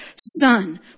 son